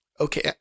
okay